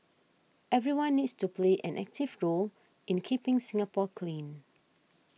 everyone needs to play an active role in keeping Singapore clean